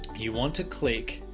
you want to click.